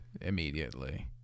immediately